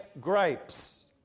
grapes